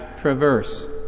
traverse